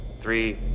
three